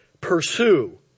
Pursue